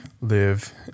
live